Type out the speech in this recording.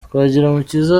twagirumukiza